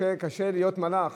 קשה להיות מלאך.